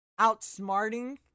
outsmarting